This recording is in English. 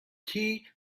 tea